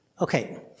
Okay